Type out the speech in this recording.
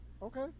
Okay